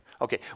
Okay